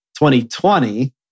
2020